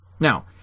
Now